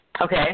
Okay